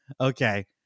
Okay